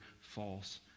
false